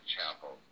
chapel